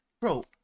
Bro